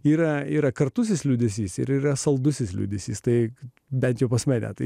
yra yra kartusis liūdesys ir yra saldusis liūdesys taip bet jau posme retai